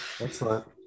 Excellent